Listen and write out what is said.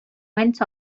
went